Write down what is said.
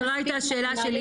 זו לא הייתה השאלה שלי,